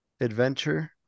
Adventure